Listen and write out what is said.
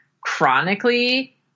chronically